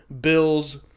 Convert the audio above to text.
bills